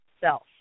self